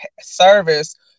service